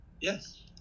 Yes